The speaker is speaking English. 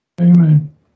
amen